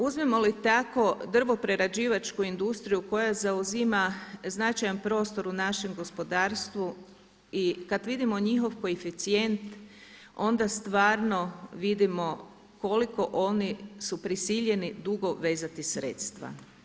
Uzmemo li tako drvoprerađivačku industriju koja zauzima značajan prostor u našem gospodarstvu i kada vidimo njihov koeficijent, onda stvarno vidimo koliko oni su prisiljeni dugo vezati sredstva.